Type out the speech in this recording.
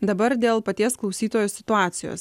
dabar dėl paties klausytojo situacijos